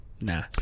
nah